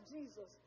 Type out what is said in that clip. Jesus